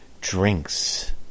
Drinks